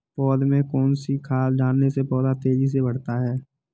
पौधे में कौन सी खाद डालने से पौधा तेजी से बढ़ता है?